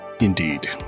indeed